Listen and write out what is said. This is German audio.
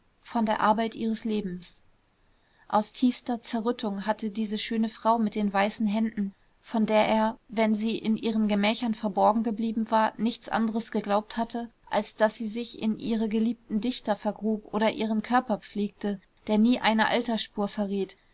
von der arbeit ihres lebens aus tiefster zerrüttung hatte diese schöne frau mit den weißen händen von der er wenn sie in ihren gemächern verborgen geblieben war nichts anderes geglaubt hatte als daß sie sich in ihre geliebten dichter vergrub oder ihren körper pflegte der nie eine altersspur verriet